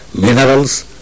minerals